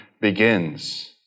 begins